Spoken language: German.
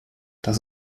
das